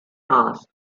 asked